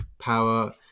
power